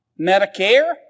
Medicare